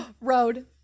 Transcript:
road